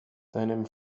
deinem